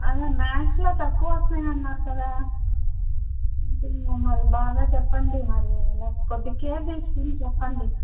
అదే మ్యాథ్స్లో తక్కువ వస్తున్నాయి అన్నారు కదా మరి బాగా చెప్పండి మరి ఎలా కొద్దిగ కేర్ తీసుకొని చెప్పండి